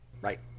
Right